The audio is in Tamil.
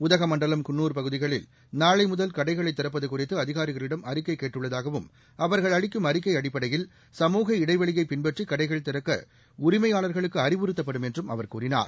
உதகமண்டலம் குன்னூர் பகுதிகளில் நாளை முதல் கடைகளை திறப்பது குறித்து அதிகாரிகளிடம் அறிக்கை கேட்டுள்ளதாகவும் அவர்கள் அளிக்கும் அறிக்கை அடிப்படையில் சமூக இடைவெளியை பின்பற்றி கடைகளை திறக்க உரிமையாளர்களுக்கு அறிவுறுத்தப்படும் என்று கூறினார்